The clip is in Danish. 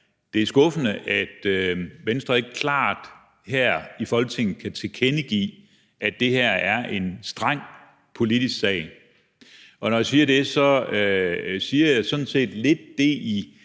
det er skuffende, at Venstre ikke klart her i Folketinget kan tilkendegive, at det her er en strengt politisk sag. Og når jeg siger det, siger jeg det sådan set lidt i